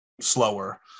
slower